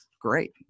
Great